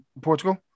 Portugal